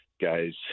guys